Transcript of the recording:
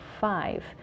five